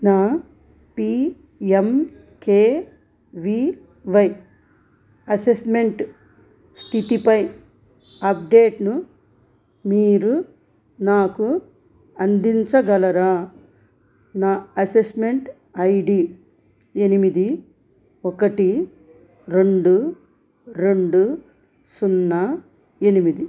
నా PMKVY assessment స్థితిపై అప్డేట్ను మీరు నాకు అందించగలరా నా అసెస్మెంట్ ఐడి ఎనిమిది ఒకటి రెండు రెండు సున్నా ఎనిమిది